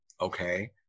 okay